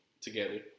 together